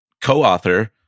co-author